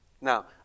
Now